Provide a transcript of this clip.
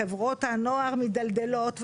חברות הנוער מידלדלות.